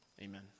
Amen